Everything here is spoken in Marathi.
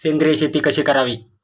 सेंद्रिय शेती कशी करावी?